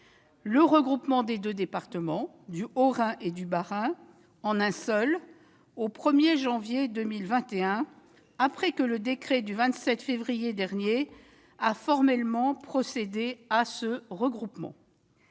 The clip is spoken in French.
étapes. Les deux départements du Haut-Rhin et du Bas-Rhin seront regroupés en un seul au 1 janvier 2021, après que le décret du 27 février dernier a formellement procédé à ce regroupement.